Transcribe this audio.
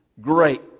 great